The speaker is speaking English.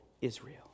Israel